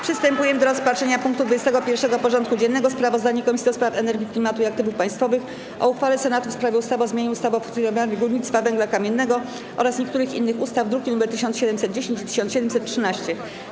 Przystępujemy do rozpatrzenia punktu 21. porządku dziennego: Sprawozdanie Komisji do Spraw Energii, Klimatu i Aktywów Państwowych o uchwale Senatu w sprawie ustawy o zmianie ustawy o funkcjonowaniu górnictwa węgla kamiennego oraz niektórych innych ustaw (druki nr 1710 i 1713)